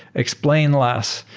explain less,